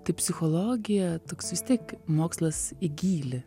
tai psichologija toks vis tiek mokslas į gylį